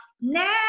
Now